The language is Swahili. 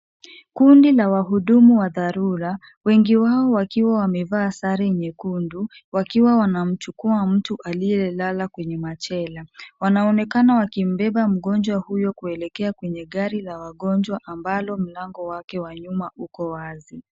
Kundi la wahudumu wa dharura, wengi wao wakiwa wamevaa sare nyekundu wakiwa wanamchukua mtu aliyelala kwenye machela. Wanaonekana wakimbeba mgonjwa huyo kuelekea kwenye gari la wagonjwa ambalo mlango wake wa nyuma uko wazi.